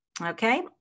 Okay